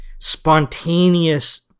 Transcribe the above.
spontaneous